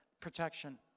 Protection